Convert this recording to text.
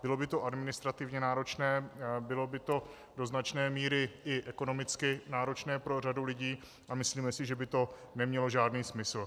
Bylo by to administrativně náročné, bylo by to do značné míry i ekonomicky náročné pro řadu lidí a myslíme si, že by to nemělo žádný smysl.